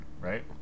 right